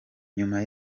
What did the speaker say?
nyuma